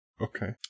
okay